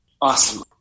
Awesome